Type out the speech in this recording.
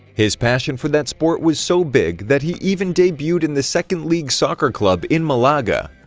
his passion for that sport was so big that he even debuted in the second league soccer club in malaga.